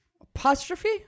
apostrophe